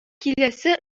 киләсе